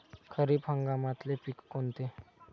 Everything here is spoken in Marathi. खरीप हंगामातले पिकं कोनते?